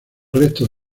restos